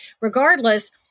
regardless